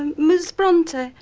and miss bronte,